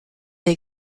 les